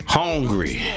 hungry